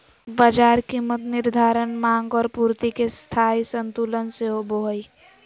बाजार कीमत निर्धारण माँग और पूर्ति के स्थायी संतुलन से होबो हइ